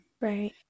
right